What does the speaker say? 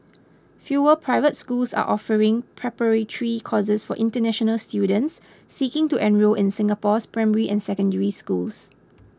fewer private schools are offering preparatory courses for international students seeking to enrol in Singapore's primary and Secondary Schools